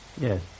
Yes